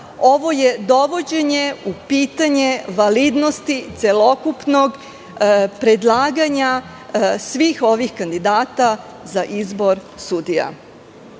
ovo je dovođenje u pitanje validnosti celokupnog predlaganja svih ovih kandidata za izbor sudija. Dakle,